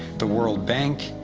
the world bank,